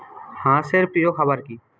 হাঁস এর প্রিয় খাবার কি?